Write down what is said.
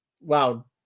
Wow